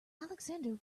alexander